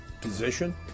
position